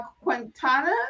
quintana